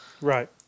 Right